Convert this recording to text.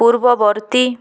পূর্ববর্তী